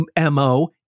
MO